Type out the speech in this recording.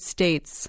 States